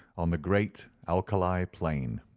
on the great alkali plain.